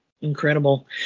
Incredible